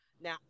Now